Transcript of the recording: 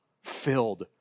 filled